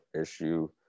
issue